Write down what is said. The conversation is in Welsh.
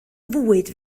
fwyd